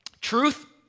truth